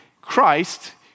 Christ